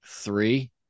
Three